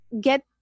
get